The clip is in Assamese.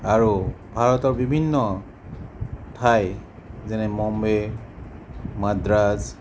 আৰু ভাৰতৰ বিভিন্ন ঠাই যেনে মুম্বে মাড্ৰাছ